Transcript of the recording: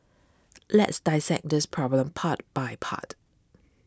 let's dissect this problem part by part